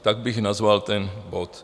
Tak bych nazval ten bod.